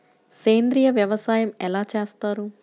సేంద్రీయ వ్యవసాయం ఎలా చేస్తారు?